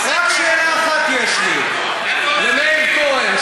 רק שאלה אחת יש לי, למאיר כהן.